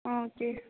आ okay